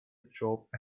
drop